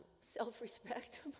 self-respect